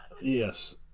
Yes